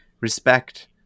respect